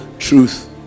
truth